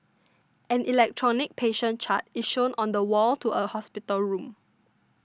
an electronic patient chart is shown on the wall to a hospital room